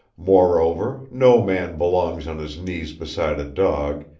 moreover, no man belongs on his knees beside a dog,